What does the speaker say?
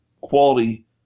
quality